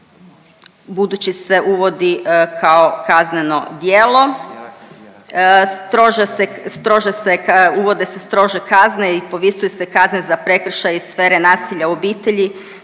budući se uvodi kao kazneno djelo. Strože se, strože se, uvode se strože kazne i povisuju se kazne za prekršaj iz sfere nasilja u obitelji